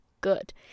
good